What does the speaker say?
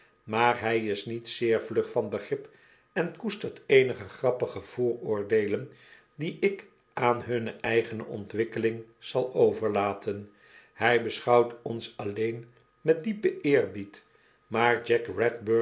maar hjj is niet zeer vlug van begrip en koestert eenige grappige yooroordeelen die ik aan hunne eigene ontwikkeling zal overlaten hy beschouwt ons alien met diepen eerbied maar